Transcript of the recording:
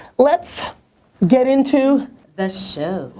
let's get into the show.